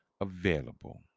available